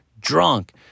drunk